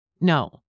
No